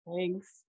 Thanks